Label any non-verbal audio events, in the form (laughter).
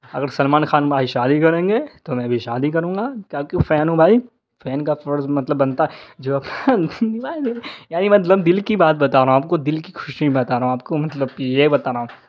اگر سلمان خان بھائی شادی کریں گے تو میں بھی شادی کروں گا کاہے کہ فین ہوں بھائی فین کا فرض مطلب بنتا ہے جو (unintelligible) یار یہ مطلب دل کی بات بتا رہا ہوں آپ کو دل کی خوشی بتا رہا ہوں آپ کو مطلب کہ یہ بتا رہا ہوں